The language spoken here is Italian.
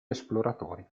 esploratori